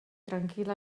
tranquil